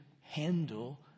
handle